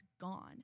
gone